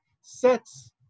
sets